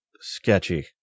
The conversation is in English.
sketchy